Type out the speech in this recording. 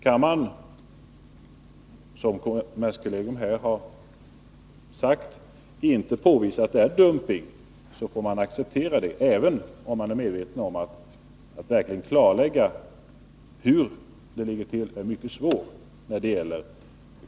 Kan man, som kommerskollegium har sagt, inte påvisa att det är fråga om dumpning får man acceptera det, även om man är medveten om att det är svårt att verkligen klarlägga hur det ligger till i dessa länder.